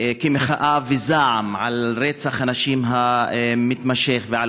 כמחאה וזעם על רצח הנשים המתמשך ועל